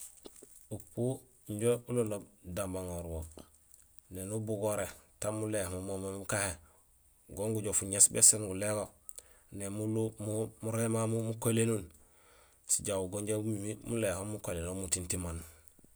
Upú injo uloloob dámaŋoor wo. Néni ubugoré taan mulémo moomé mukahé, go gujoow fuŋéés béséén gulégo, éni mulé mamu mukohilénuul, sijaam go ja mumi muléhoom mukohiléné umu tiin timaan.